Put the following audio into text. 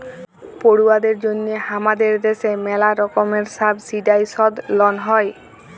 পড়ুয়াদের জন্যহে হামাদের দ্যাশে ম্যালা রকমের সাবসিডাইসদ লন হ্যয়